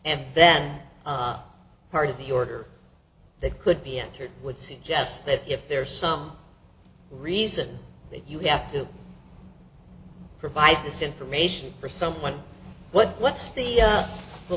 and then part of the order that could be entered would suggest that if there is some reason that you have to provide this information for someone what what's the